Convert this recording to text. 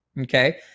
okay